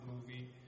movie